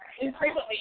infrequently